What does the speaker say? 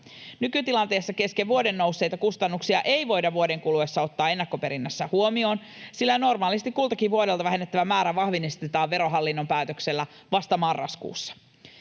Nykytilanteessa kesken vuoden nousseita kustannuksia ei voida vuoden kuluessa ottaa ennakkoperinnässä huomioon, sillä normaalisti kultakin vuodelta vähennettävä määrä vahvistetaan Verohallinnon päätöksellä vasta marraskuussa.